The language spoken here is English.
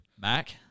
Mac